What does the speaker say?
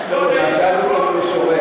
כבוד היושב-ראש,